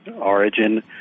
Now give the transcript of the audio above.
origin